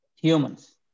humans